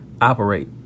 operate